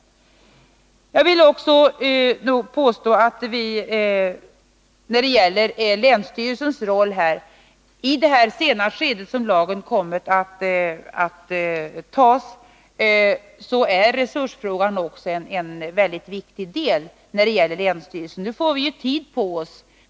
Jag vill också påstå att i det sena skede som lagen kommer att antas är resursfrågan en mycket viktig del för länsstyrelsen.